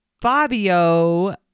Fabio